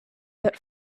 but